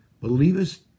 Believest